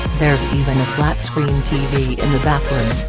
there's even a flatscreen tv in the bathroom.